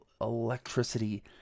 electricity